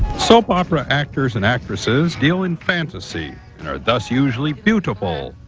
soap opera actors and actresses deal in fantasy, and are thus usually beautiful.